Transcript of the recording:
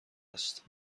است